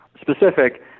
specific